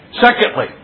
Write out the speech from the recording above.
Secondly